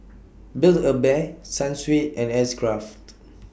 Build A Bear Sunsweet and X Craft